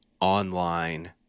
online